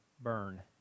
burn